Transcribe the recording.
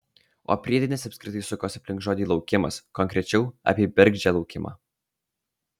o priedainis apskritai sukosi aplink žodį laukimas konkrečiau apie bergždžią laukimą